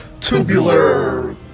tubular